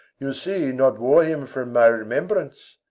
you see, not wore him from my remembrance.